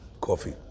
Coffee